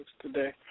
today